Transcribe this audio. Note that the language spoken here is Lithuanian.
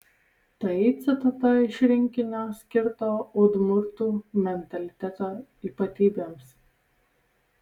tai citata iš rinkinio skirto udmurtų mentaliteto ypatybėms